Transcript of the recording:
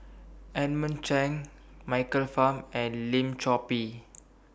Edmund Cheng Michael Fam and Lim Chor Pee